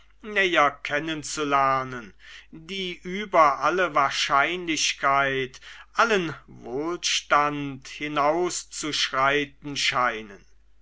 näher kennen zu lernen die über alle wahrscheinlichkeit allen wohlstand hinauszuschreiten scheinen